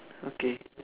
okay